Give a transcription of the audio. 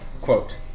quote